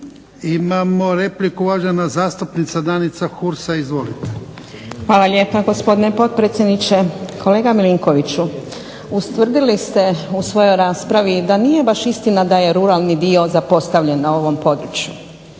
Imamo repliku, uvažena zastupnica Danica Hursa. Izvolite. **Hursa, Danica (HNS)** Hvala lijepo, gospodine potpredsjedniče. Kolega Milinkoviću, ustvrdili ste u svojoj raspravi da nije baš istina da je ruralni dio zapostavljen na ovom području.